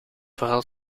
vooral